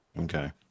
Okay